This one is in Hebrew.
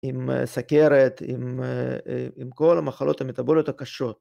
‫עם סכרת, ‫עם כל המחלות המטבוליות הקשות.